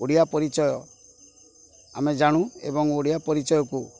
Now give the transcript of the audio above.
ଓଡ଼ିଆ ପରିଚୟ ଆମେ ଜାଣୁ ଏବଂ ଓଡ଼ିଆ ପରିଚୟକୁ